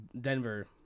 Denver